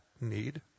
need